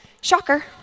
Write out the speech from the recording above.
Shocker